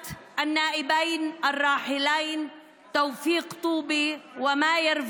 והפוליטיקאים חשפו שני חברי הכנסת המנוחים תופיק טובי ומאיר וילנר,